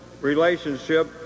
relationship